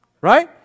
Right